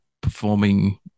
performing